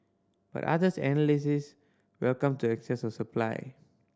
but others analysts welcomed the excess supply